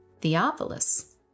Theophilus